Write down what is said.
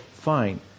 fine